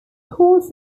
calls